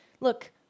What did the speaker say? look